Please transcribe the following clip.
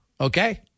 okay